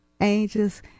Angels